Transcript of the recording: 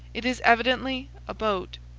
it is evidently a boat.